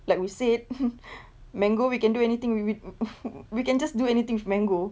like we said mm !huh! mango we can do anything with it mm !huh! we can just do anything with mango